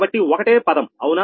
కాబట్టి ఒకటే పదం అవునా